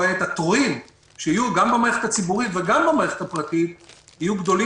העת התורים שיהיו במערכת הציבורית וגם במערכת הפרטית יהיו ארוכים